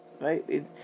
right